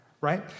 right